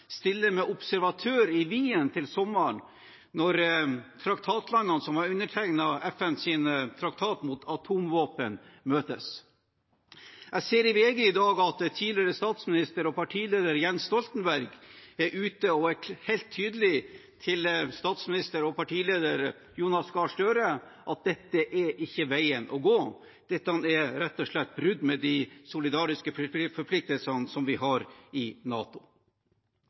med observatør i Wien til sommeren, når landene som har undertegnet FNs traktat mot atomvåpen, møtes. Jeg ser i VG i dag at tidligere statsminister og partileder Jens Stoltenberg er ute og sier helt tydelig til statsminister og partileder Jonas Gahr Støre at dette ikke er veien å gå. Dette er rett og slett brudd med de solidariske forpliktelsene som vi har i NATO.